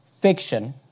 fiction